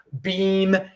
Beam